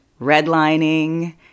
redlining